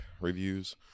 reviews